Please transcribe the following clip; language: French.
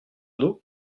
d’eau